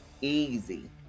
easy